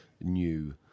new